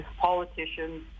politicians